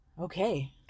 Okay